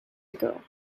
ago